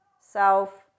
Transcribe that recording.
self